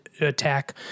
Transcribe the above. attack